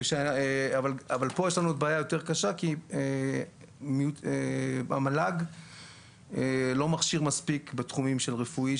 אבל פה יש לנו בעיה יותר קשה כי המל"ג לא מכשיר מספיק בתחומים של רפואי,